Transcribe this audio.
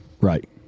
Right